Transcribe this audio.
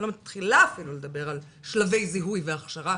אני לא מתחילה אפילו לדבר על שלבי זיהוי והכשרה